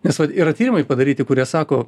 nes vat yra tyrimai padaryti kurie sako